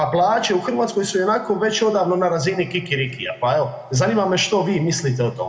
Plaće u Hrvatskoj su ionako već odavno na razini kikirikija, pa evo zanima me što vi mislite o tome?